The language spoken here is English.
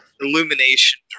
illumination